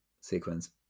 sequence